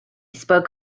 spoke